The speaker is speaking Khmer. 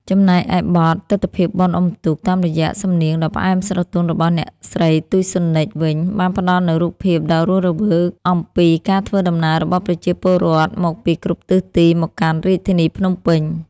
ចំណែកឯបទ «ទិដ្ឋភាពបុណ្យអ៊ុំទូក» តាមរយៈសំនៀងដ៏ផ្អែមស្រទន់របស់អ្នកស្រី ទូច ស៊ុននិច វិញ បានផ្តល់នូវរូបភាពដ៏រស់រវើកអំពីការធ្វើដំណើររបស់ប្រជាពលរដ្ឋមកពីគ្រប់ទិសទីមកកាន់រាជធានីភ្នំពេញ។